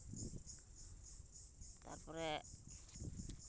ᱛᱟᱨᱯᱚᱨᱮ